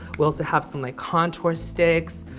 we also have some, like, contour sticks.